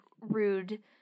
rude